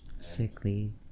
Sickly